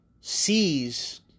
sees